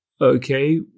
okay